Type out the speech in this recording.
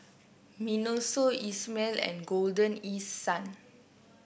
Miniso Isomil and Golden East Sun